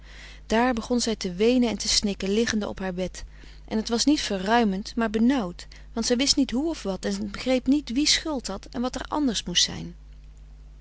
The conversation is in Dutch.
daar begon zij te weenen en te snikken liggende op haar bed en het was niet verruimend maar benauwd want zij wist niet hoe of wat en begreep niet wie schuld had en wat er anders moest zijn